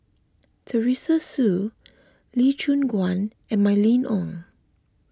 Teresa Hsu Lee Choon Guan and Mylene Ong